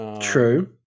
true